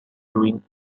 doing